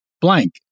blank